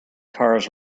cars